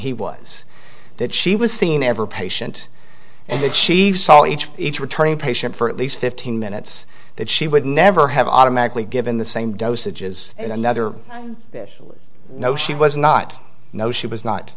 he was that she was seeing every patient and that she saw each each returning patient for at least fifteen minutes that she would never have automatically given the same dosage is another no she was not no she was not